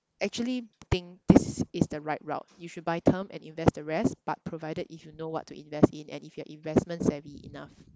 actually think this is the right route you should buy term and invest the rest but provided if you know what to invest in and if you're investment savvy enough